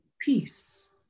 peace